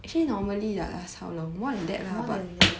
more than ya